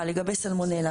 לא הבנתי.